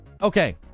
Okay